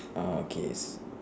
uh okay